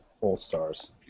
All-Stars